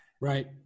Right